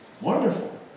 Wonderful